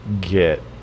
get